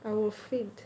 I will faint